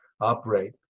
operate